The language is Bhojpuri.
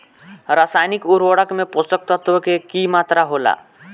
रसायनिक उर्वरक में पोषक तत्व के की मात्रा होला?